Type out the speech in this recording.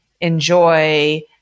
enjoy